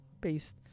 based